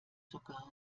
sogar